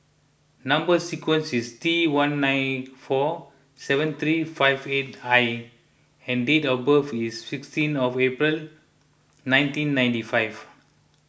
Number Sequence is T one nine four seven three five eight I and date of birth is sixteen of April nineteen ninety five